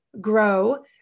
grow